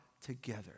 together